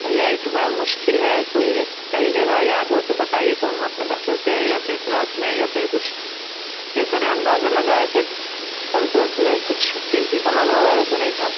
بھیا یہ تو بڑا مشکل ہے کوئی ایک صحیح جگہ یاد ہو تو بتائیے تو ہم اپنے بچوں سے یا پھر کلاس میں یا پھر کچھ یہ کریں اندازہ لگائیں ایسے پرس ورس میں کچھ قیمتی سامان وغیرہ تو نہیں تھا